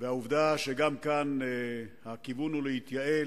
ועובדה שגם כאן הכיוון הוא להתייעל,